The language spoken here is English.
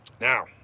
Now